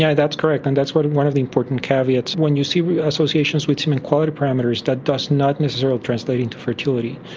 yeah that's correct, and that's one of the imported caveats. when you see associations with semen quality parameters, that does not necessarily translate into fertility.